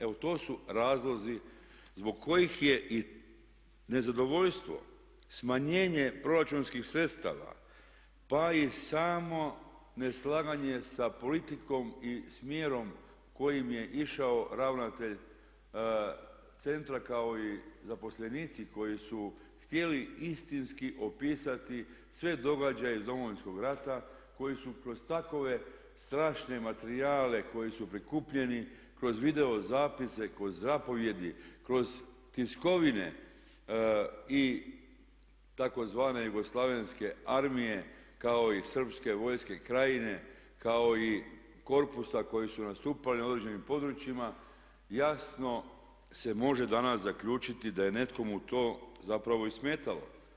Evo to su razlozi zbog kojih je i nezadovoljstvo smanjenje proračunskih sredstava pa i samo neslaganje sa politikom i smjerom kojim je išao ravnatelj centra kao i zaposlenici koji su htjeli istinski opisati sve događaje iz domovinskog rata koji su kroz takove strašne materijale koji su prikupljeni kroz videozapise, kroz zapovjedi, kroz tiskovine i tzv. jugoslavenske armije kao i srpske vojske Krajine, kao i korpusa koji su nastupali na određenim područjima jasno se može danas zaključiti da je nekomu to zapravo i smetalo.